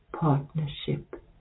partnership